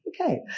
okay